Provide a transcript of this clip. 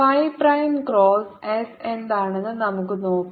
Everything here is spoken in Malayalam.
ഫൈ പ്രൈം ക്രോസ് എസ് എന്താണെന്ന് നമുക്ക് നോക്കാം